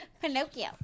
Pinocchio